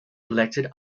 elected